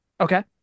Okay